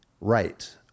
right